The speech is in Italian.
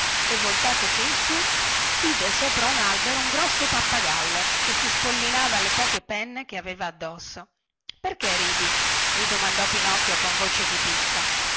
e voltatosi in su vide sopra un albero un grosso pappagallo che si spollinava le poche penne che aveva addosso perché ridi gli domandò pinocchio con voce di bizza